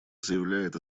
заявляет